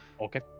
okay